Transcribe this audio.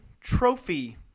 Trophy